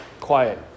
quiet